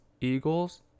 Eagles